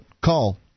call